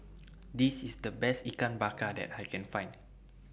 This IS The Best Ikan Bakar that I Can Find